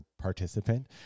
participant